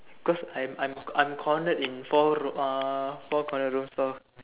because I'm I'm I'm cornered in four ro uh four cornered room so